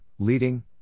Leading